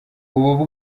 ubu